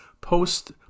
post